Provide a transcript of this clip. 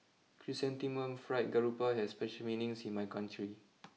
Chrysanthemum Fried Garoupa has special meanings in my country